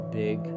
big